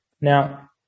Now